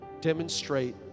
demonstrate